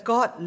God